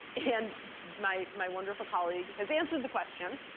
and my my wonderful colleague has answered the question.